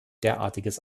derartiges